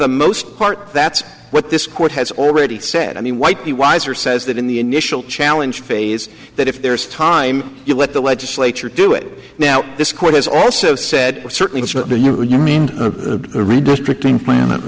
the most part that's what this court has already said i mean white the wiser says that in the initial challenge phase that if there's time you let the legislature do it now this court has also said certainly the redistricting plan